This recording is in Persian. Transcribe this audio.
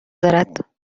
دارد